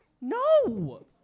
No